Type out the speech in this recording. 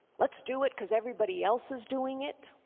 let's do it because everybody else is doing it.